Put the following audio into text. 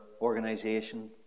organization